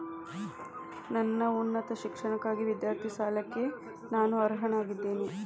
ನನ್ನ ಉನ್ನತ ಶಿಕ್ಷಣಕ್ಕಾಗಿ ವಿದ್ಯಾರ್ಥಿ ಸಾಲಕ್ಕೆ ನಾನು ಅರ್ಹನಾಗಿದ್ದೇನೆಯೇ?